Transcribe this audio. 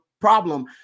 problem